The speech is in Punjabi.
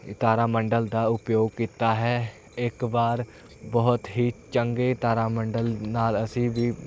ਤਾਰਾ ਮੰਡਲ ਦਾ ਉਪਯੋਗ ਕੀਤਾ ਹੈ ਇੱਕ ਵਾਰ ਬਹੁਤ ਹੀ ਚੰਗੇ ਤਾਰਾ ਮੰਡਲ ਨਾਲ ਅਸੀਂ ਵੀ